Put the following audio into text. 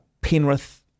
Penrith